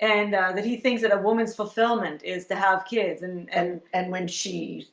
and that he thinks that a woman's fulfillment is to have kids and and and when she